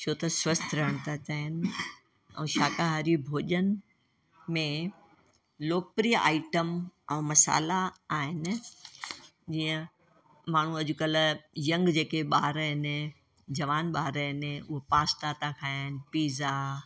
छो त स्वस्थ रहण था चाहिनि ऐं शाकाहारी भोॼन में लोकप्रिय आइटम ऐं मसाला आहिनि जीअं माण्हू अॼुकल्ह यंग जेके ॿार आहिनि जवान ॿार आहिनि उहे पास्ता था खाइणु पिज़ा